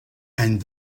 and